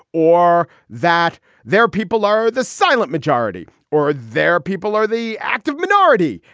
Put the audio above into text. or that their people are the silent majority or their people are the active minority,